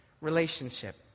relationship